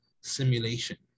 simulation